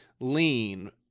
lean